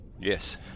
Yes